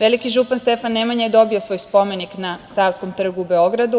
Veliki župan Stefan Nemanja je dobio svoj spomenik na Savskom trgu u Beogradu,